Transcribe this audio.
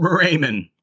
Raymond